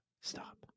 Stop